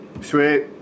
Sweet